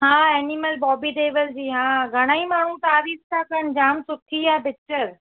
हा एनिमल बॉबी देवल जी हा घणा ई माण्हू तारीफ़ था कनि जामु सुठी आहे पिचर